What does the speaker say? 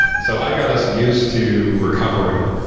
so i got us used to recovering.